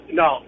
no